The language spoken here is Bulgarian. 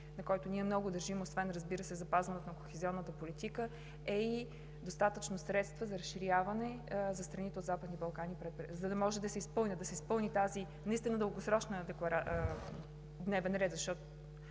на който ние много държим, освен, разбира се, запазването на кохезионната политика, е и достатъчно средства за разширяване за страните от Западните Балкани, за да може да се изпълни този наистина дългосрочен дневен ред.